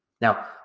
Now